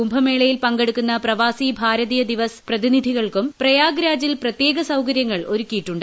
കുംഭമേളയിൽ പങ്കെടുക്കുന്ന പ്രവാസി ഭാരതീയ ദിവ്യസ് പ്രതിനിധികൾക്കും പ്രയാഗ് രാജിൽ പ്രത്യേക സൌകരൃങ്ങൾ ഒരുക്കിയിട്ടുണ്ട്